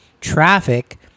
traffic